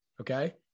Okay